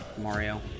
Mario